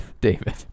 David